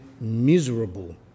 miserable